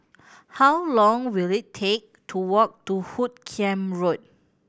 how long will it take to walk to Hoot Kiam Road